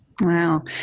Wow